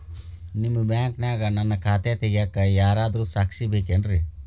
ನಿಮ್ಮ ಬ್ಯಾಂಕಿನ್ಯಾಗ ನನ್ನ ಖಾತೆ ತೆಗೆಯಾಕ್ ಯಾರಾದ್ರೂ ಸಾಕ್ಷಿ ಬೇಕೇನ್ರಿ?